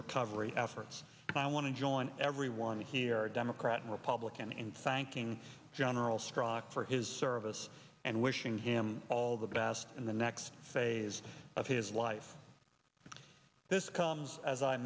recovery efforts i want to join everyone here democrat and republican and sang king general strock for his service and wishing him all the best in the next phase of his life this comes as i